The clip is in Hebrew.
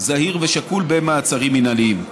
זהיר ושקול במעצרים מינהליים.